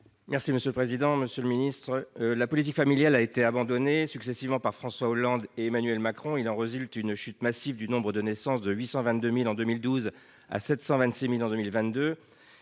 : La parole est à M. Laurent Somon. La politique familiale a été abandonnée successivement par François Hollande et Emmanuel Macron. Il en résulte une chute massive du nombre de naissances, passé de 822 000 en 2012 à 726 000 en 2022.